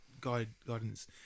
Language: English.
guidance